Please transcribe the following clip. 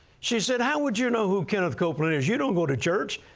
she said, how would you know who kenneth copeland is? you don't go to church.